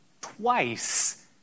twice